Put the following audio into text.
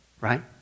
Right